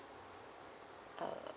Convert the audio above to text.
uh